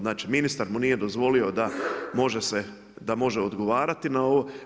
Znači, ministar mu nije dozvolio, da može se, da može odgovarati na ovo.